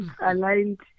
aligned